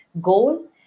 goal